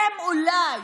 אולי